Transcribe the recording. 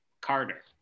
Carter